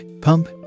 pump